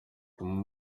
utuma